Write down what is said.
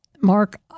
Mark